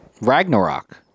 Ragnarok